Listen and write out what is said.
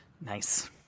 Nice